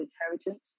inheritance